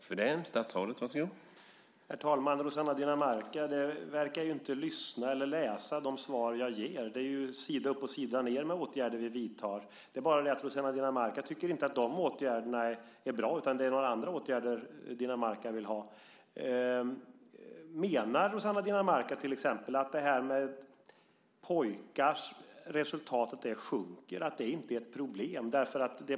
Herr talman! Rossana Dinamarca verkar inte lyssna på eller läsa de svar jag ger. Det är sida upp och sida ned med åtgärder som vi vidtar. Det är bara det att Rossana Dinamarca inte tycker att de åtgärderna är bra, utan det är några andra åtgärder Dinamarca vill ha. Menar Rossana Dinamarca till exempel att det här att pojkars resultat sjunker inte är ett problem?